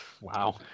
wow